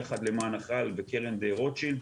יחד למען החייל וקרן רוטשילד,